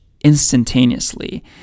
instantaneously